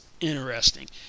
interesting